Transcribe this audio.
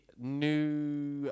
new